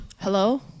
Hello